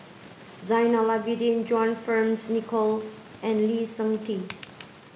Zainal Abidin John Fearns Nicoll and Lee Seng Tee